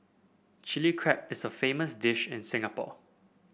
Chilli Crab is a famous dish in Singapore